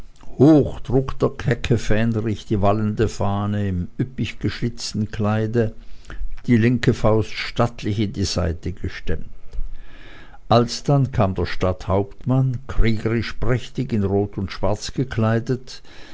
hoch trug der kecke fähndrich die wallende fahne im üppig geschlitzten kleide die linke faust stattlich in die seite gestemmt alsdann kam der stadthauptmann kriegerisch prächtig in rot und schwarz gekleidet